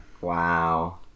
Wow